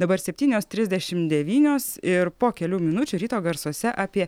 dabar septynios trisdešimt devynios ir po kelių minučių ryto garsuose apie